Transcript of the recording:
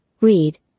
read